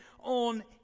on